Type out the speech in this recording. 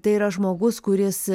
tai yra žmogus kuris